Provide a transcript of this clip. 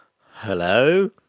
Hello